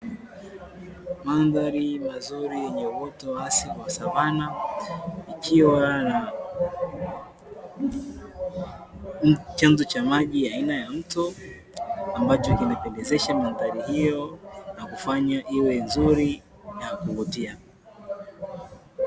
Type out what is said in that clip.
Mandhari mazuri yenye mvuto wa asili wa savana, ikiwa na chanzo cha maji aina ya mto ambacho kinapendezesha mandhari hiyo na kufanya iwe nzuri na kuvutia.